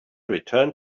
returned